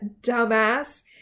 dumbass